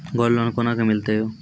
Gold loan कोना के मिलते यो?